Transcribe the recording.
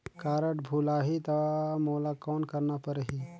Card भुलाही ता मोला कौन करना परही?